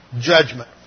judgment